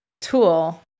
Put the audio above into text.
tool